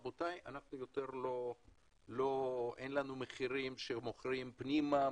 רבותי אין לנו מחירים שמוכרים פנימה,